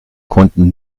konnten